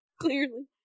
clearly